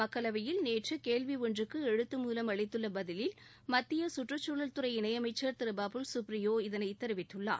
மக்களவையில் நேற்று கேள்வி ஒன்றுக்கு எழுத்து மூலம் அளித்துள்ள பதிலில் மத்திய சுற்றுச்சூழல் துறை இணையமைச்சர் பாபுல் சுப்ரியோ இதனை தெரிவித்துள்ளார்